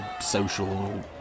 social